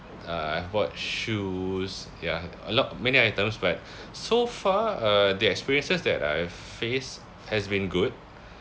uh I've bought shoes ya a lot many items but so far uh the experiences that I've faced has been good